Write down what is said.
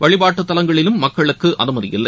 வழிபாட்டுத்தலங்களிலும் மக்களுக்குஅனுமதி இல்லை